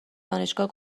دانشگاه